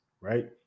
right